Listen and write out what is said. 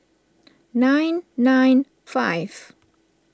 nine nine five